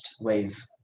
wave